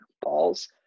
balls